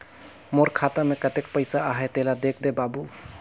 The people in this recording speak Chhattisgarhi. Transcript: मोर खाता मे कतेक पइसा आहाय तेला देख दे बाबु?